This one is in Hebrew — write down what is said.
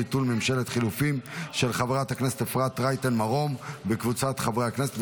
ביטול ממשלת חילופים) של חברת הכנסת אפרת רייטן מרום וקבוצת חברי הכנסת,